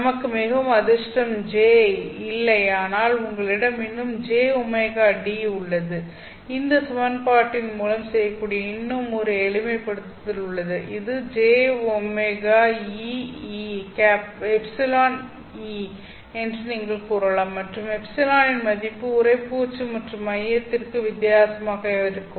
நமக்கு மிகவும் அதிர்ஷ்டம் J இல்லை ஆனால் உங்களிடம் இன்னும் jωD' உள்ளது இந்த சமன்பாட்டின் மூலம் செய்யக்கூடிய இன்னும் ஒரு எளிமைப்படுத்தல் உள்ளது இது jωεE' என்று நீங்கள் கூறலாம் மற்றும் ε இன் மதிப்பு உறைப்பூச்சு மற்றும் மையத்திற்கு வித்தியாசமாக இருக்கும்